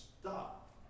stop